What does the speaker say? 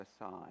aside